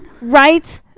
right